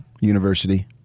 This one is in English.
University